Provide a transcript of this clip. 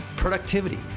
productivity